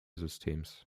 systems